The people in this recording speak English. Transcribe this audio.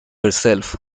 herself